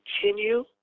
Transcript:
continue